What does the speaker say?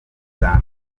uganda